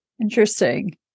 Interesting